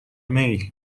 میل